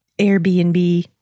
Airbnb